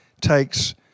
takes